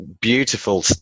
beautiful